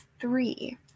three